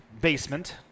basement